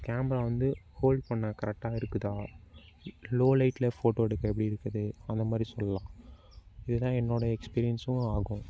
camera வந்து hold பண்ண கரெக்ட்டாக இருக்குதா லோ லைட்டில் ஃபோட்டோ எடுக்க எப்படிருக்குது அந்தமாதிரி சொல்லலாம் இது தான் என்னுடைய எஸ்பீரியென்ஸ்ஸும் ஆகும்